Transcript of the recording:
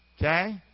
Okay